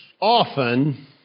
often